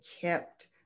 kept